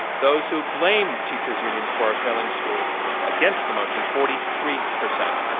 those who blame teacher's unions for our failing schools, against the motion forty three percent.